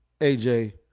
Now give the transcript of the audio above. AJ